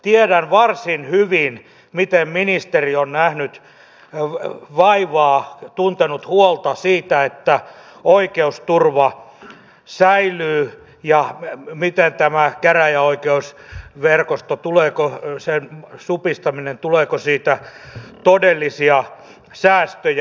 tiedän varsin hyvin miten ministeri on nähnyt vaivaa tuntenut huolta siitä että oikeusturva säilyy ja siitä tuleeko tämän käräjäoikeusverkoston supistamisesta todellisia säästöjä